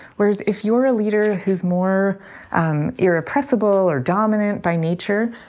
whereas if you were a leader who's more um irrepressible or dominant by nature,